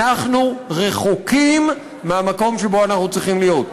אנחנו רחוקים מהמקום שבו אנחנו צריכים להיות.